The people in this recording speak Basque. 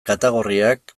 katagorriak